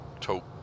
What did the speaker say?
talk